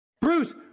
Bruce